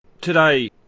Today